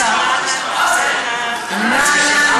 נה.